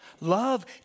Love